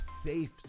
safe